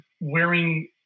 wearing